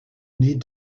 need